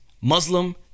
Muslim